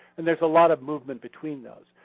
and there's a lot of movement between those.